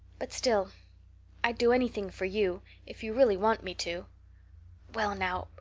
but still i'd do anything for you if you really want me to well now,